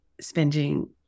spending